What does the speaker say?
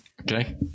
okay